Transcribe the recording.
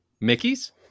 Mickey's